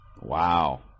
Wow